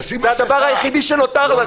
זה הדבר היחיד שנותר לנו.